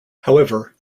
however